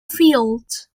fields